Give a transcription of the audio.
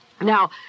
Now